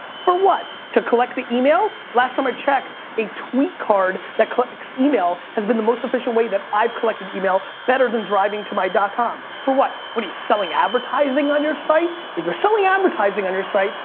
for what? to collect the email? last time i checked, a tweet card that collects email has been the most efficient way that i've collected email, better than driving to my dot com. for what? what are you, selling advertising on your site? if you're selling advertising on your site,